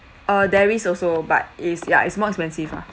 uh there is also but it's ya it's more expensive ah